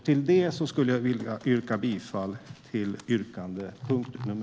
Jag yrkar därför bifall till reservation 5.